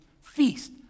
feast